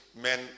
men